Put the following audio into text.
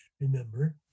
remember